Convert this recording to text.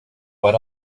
what